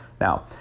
now